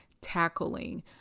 tackling